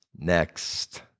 next